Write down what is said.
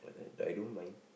I don't mind